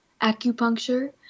acupuncture